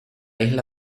isla